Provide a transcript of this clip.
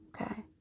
Okay